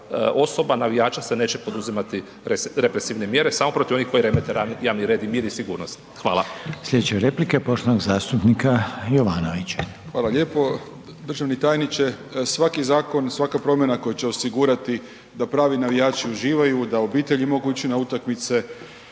osoba, navijača se neće poduzimati represivne mjere, samo protiv onih koji remete javni red i mir i sigurnost. Hvala. **Reiner, Željko (HDZ)** Sljedeća replika je poštovanog zastupnika Jovanovića. **Jovanović, Željko (SDP)** Hvala lijepo. Državni tajniče. Svaki zakon, svaka promjena koja će osigurati da pravi navijači uživaju, da obitelji mogu ići na utakmice,